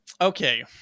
Okay